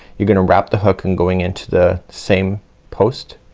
you're gonna wrap the hook and going into the same post